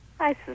Hi